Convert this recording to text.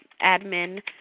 admin